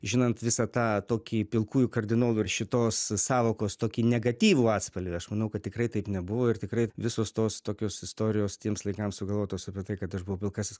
žinant visą tą tokį pilkųjų kardinolų ir šitos sąvokos tokį negatyvų atspalvį aš manau kad tikrai taip nebuvo ir tikrai visos tos tokios istorijos tiems laikams sugalvotos apie tai kad aš buvau pilkasis